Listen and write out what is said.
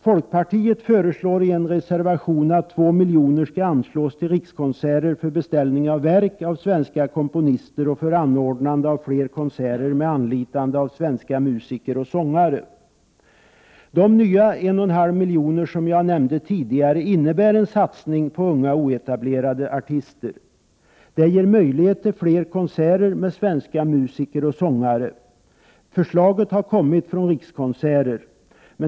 Folkpartiet föreslår i en reservation att 2 miljoner skall anslås till Rikskonserter för beställning av verk av svenska komponister och för anordnande av fler konserter med anlitande av svenska musiker och sångare. De nya 1,5 miljoner som jag tidigare nämnde innebär en satsning på unga oetablerade artister. Det ger möjligheter till fler konserter med svenska musiker och sångare. Förslaget har kommit från Rikskonserter.